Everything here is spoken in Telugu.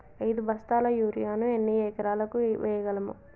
ఐదు బస్తాల యూరియా ను ఎన్ని ఎకరాలకు వేయగలము?